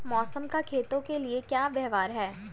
मौसम का खेतों के लिये क्या व्यवहार है?